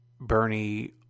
Bernie